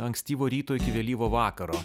ankstyvo ryto iki vėlyvo vakaro